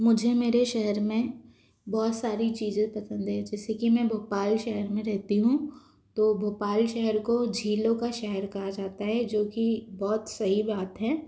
मुझे मेरे शहर में बहुत सारी चीज़ें पसंद है जैसे कि मैं भोपाल शहर में रहती हूँ तो भोपाल शहर को झीलों का शहर कहा जाता है जो की बहुत सही बात है